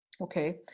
okay